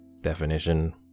definition